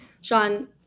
Sean